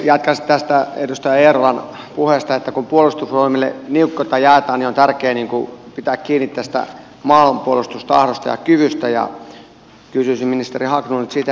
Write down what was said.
jatkan tästä edustaja eerolan puheesta että kun puolustusvoimille niukkuutta jaetaan niin on tärkeätä pitää kiinni tästä maanpuolustustahdosta ja kyvystä